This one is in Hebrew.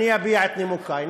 אני אביע את נימוקי,